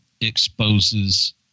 exposes